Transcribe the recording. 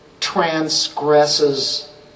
transgresses